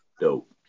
Dope